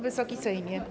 Wysoki Sejmie!